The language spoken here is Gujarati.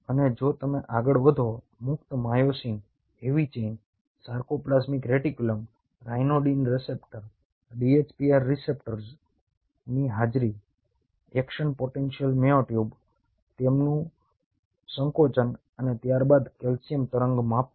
અને જો તમે આગળ વધો પુખ્ત myosin heavy chain sarcoplasmic reticulum ryanodine receptor DHPR રીસેપ્ટર્સની હાજરી એક્શન પોટેન્શિયલ મ્યોટ્યુબ તેમનું સંકોચન અને ત્યારબાદ કેલ્શિયમ તરંગ માપવા